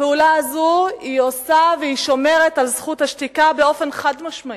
הפעולה הזו שומרת על זכות השתיקה באופן חד-משמעי.